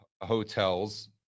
hotels